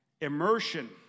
immersion